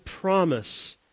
promise